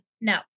No